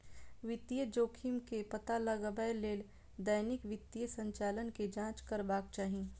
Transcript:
वित्तीय जोखिम के पता लगबै लेल दैनिक वित्तीय संचालन के जांच करबाक चाही